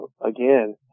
again